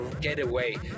getaway